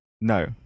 no